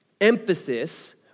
emphasis